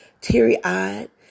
teary-eyed